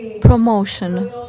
promotion